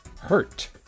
hurt